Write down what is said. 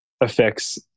affects